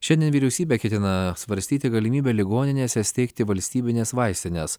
šiandien vyriausybė ketina svarstyti galimybę ligoninėse steigti valstybines vaistines